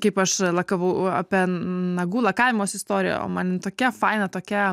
kaip aš lakavau o nagų lakavimosi istorija o man tokia faina tokia